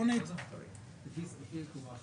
כי זה באמת נטו הוצאות, אין שם שום רווחים,